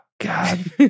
God